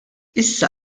issa